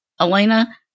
Elena